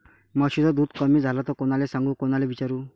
म्हशीचं दूध कमी झालं त कोनाले सांगू कोनाले विचारू?